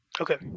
Okay